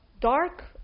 dark